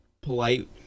polite